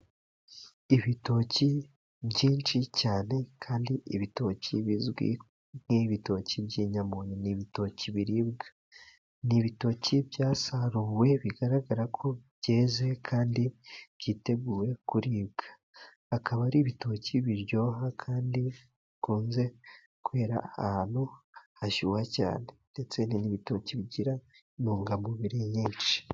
Ibitoki byinshi cyane kandi ibitoki bizwi nk'ibitoki by'inyamunyu. Ni ibitoki biribwa ni ibitoki byasaruwe bigaragara ko byeze kandi byiteguye kuribwa, akaba ari ibitoki biryoha kandi bikunze kwera ahantu hashyuha cyane ndetse ni ibitoki bigira intungamubiri nyinshi.